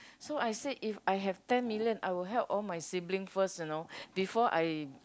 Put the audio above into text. so I said if I have ten million I will help all my siblings first you know before I